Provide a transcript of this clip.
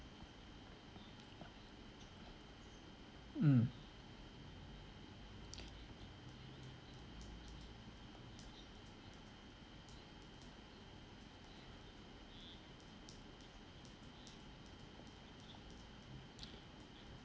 mm